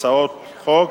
הצעת חוק